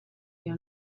iyo